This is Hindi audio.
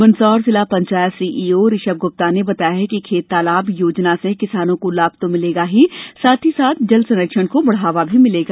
मंदसौर जिला पंचायत सीईओ ऋषभ गुप्ता ने बताया की खेत तालाब योजना से किसानों को लाभ तो मिलेगा ही साथ ही साथ जल संरक्षण को बढ़ावा मिलेगा